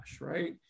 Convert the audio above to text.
right